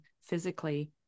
physically